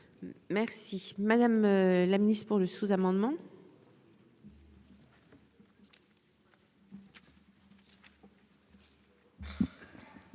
Merci madame la Ministre pour le sous-amendement.